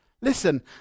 listen